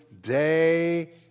day